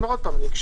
הוא היה ממנה ועדה